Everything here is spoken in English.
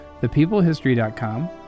thepeoplehistory.com